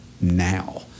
now